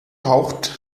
taucht